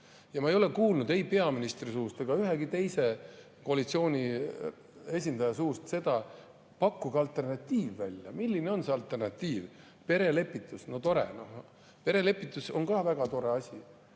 Ma ei ole kuulnud ei peaministri suust ega ühegi teise koalitsiooni esindaja suust seda [alternatiivi], pakkuge alternatiiv välja. Milline on see alternatiiv? Perelepitus, no tore! Perelepitus on ka väga tore asi,